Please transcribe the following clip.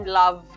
love